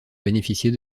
bénéficier